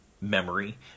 memory